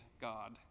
God